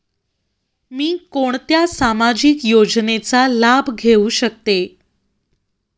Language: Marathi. मी कोणत्या सामाजिक योजनेचा लाभ घेऊ शकते?